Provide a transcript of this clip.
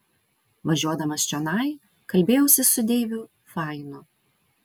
važiuodamas čionai kalbėjausi su deiviu fainu